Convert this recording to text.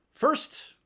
First